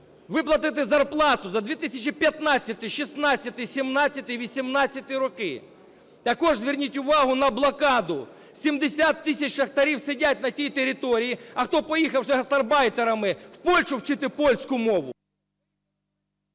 Виплатити зарплату за 2015-й, 2016-й, 2017-й і 2018-й роки. Також зверніть увагу на блокаду. 70 тисяч шахтарів сидять на тій території, а хто - поїхавши гастарбайтерами в Польщу вчити польську мову…